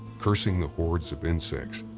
cursing the hoards of insects,